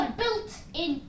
built-in